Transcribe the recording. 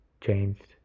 changed